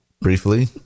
briefly